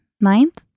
Ninth